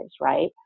right